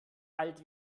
alt